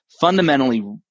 fundamentally